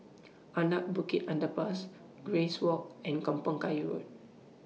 Anak Bukit Underpass Grace Walk and Kampong Kayu Road